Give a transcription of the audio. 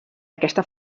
aquesta